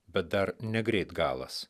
bet dar negreit galas